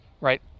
Right